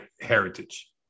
heritage